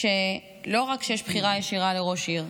שלא רק שיש בחירה ישירה לראש העיר,